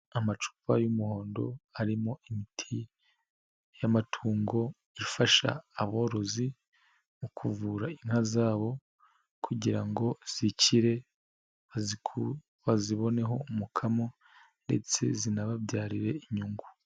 Amacupa y'umuhondo arimo imiti y'amatungo ifasha aborozi mu kuvura inka zabo kugira ngo zikire baziboneho umukamo ndetse zinababyarire inyungu.